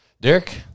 Derek